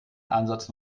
ansatz